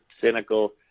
cynical